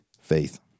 faith